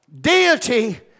Deity